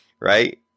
right